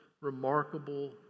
remarkable